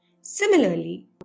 similarly